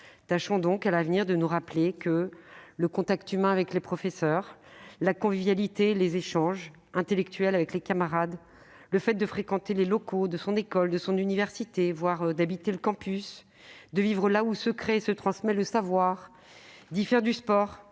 Tâchons donc, à l'avenir, de nous souvenir que le contact humain avec les professeurs, la convivialité et les échanges intellectuels avec les camarades, la fréquentation des locaux de son école ou de son université, voire le fait d'habiter sur un campus, de vivre là où se crée et se transmet le savoir, d'y faire du sport,